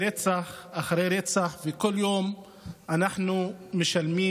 רצח אחרי רצח, וכל יום אנחנו משלמים